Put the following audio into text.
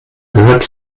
gehört